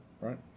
Right